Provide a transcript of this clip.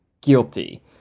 guilty